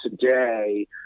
today